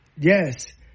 Yes